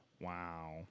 wow